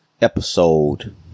episode